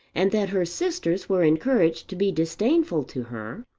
and that her sisters were encouraged to be disdainful to her,